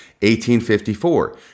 1854